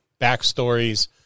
backstories